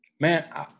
Man